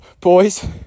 boys